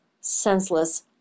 senseless